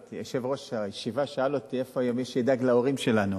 יושב-ראש הישיבה שאל אותי איפה היה מי שידאג להורים שלנו.